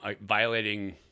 violating